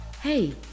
hey